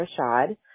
Rashad